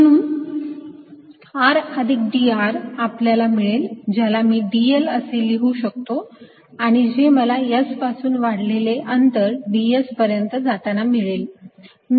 म्हणून r अधिक dr आपल्याला मिळेल ज्याला मी dl असे लिहू शकतो आणि जे मला S पासून वाढलेले अंतर ds पर्यंत जाताना मिळेल